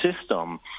system